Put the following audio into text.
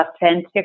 authentic